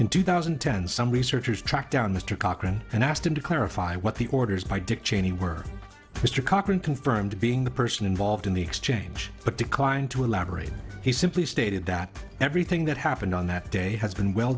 in two thousand and ten some researchers tracked down mr cochrane and asked him to clarify what the orders by dick cheney were mr cochran confirmed to being the person involved in the exchange but declined to elaborate he simply stated that everything that happened on that day has been well